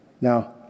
Now